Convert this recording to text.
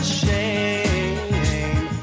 shame